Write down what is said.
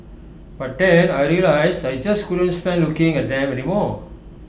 but then I realised I just couldn't stand looking at them anymore